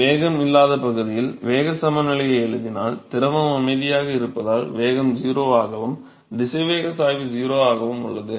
வேகம் இல்லாத பகுதியில் வேக சமநிலையை எழுதினால் திரவம் அமைதியாக இருப்பதால் வேகம் 0 ஆகவும் திசைவேக சாய்வு 0 ஆகவும் உள்ளது